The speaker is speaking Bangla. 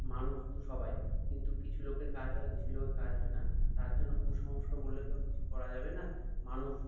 মানুষ তো সবাই কিন্তু কিছু লোকের কাজ হয় কিছু লোকের কাজ হয় না তার জন্য কুসংস্কার বললে তো কিছু করা যাবে না মানুষ